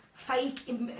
fake